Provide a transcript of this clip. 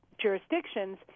jurisdictions